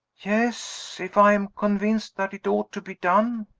yes if i am convinced that it ought to be done.